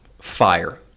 Fire